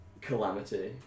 calamity